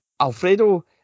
Alfredo